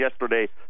yesterday